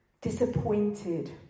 disappointed